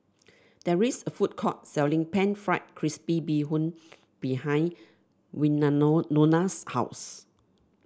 there is a food court selling pan fried crispy Bee Hoon behind Wynano Nona's house